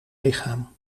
lichaam